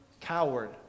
Coward